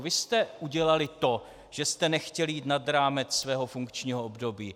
Vy jste udělali to, že jste nechtěli jít nad rámec svého funkčního období!